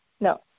No